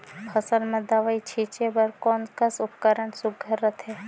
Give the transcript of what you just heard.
फसल म दव ई छीचे बर कोन कस उपकरण सुघ्घर रथे?